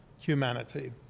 humanity